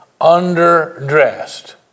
underdressed